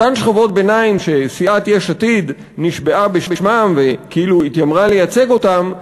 אותן שכבות ביניים שסיעת יש עתיד נשבעה בשמן וכאילו התיימרה לייצג אותן,